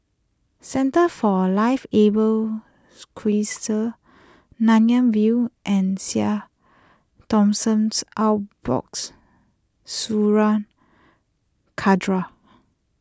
Centre for Liveable Cities Nanyang View and Saint Thomas Orthodox Syrian Cathedral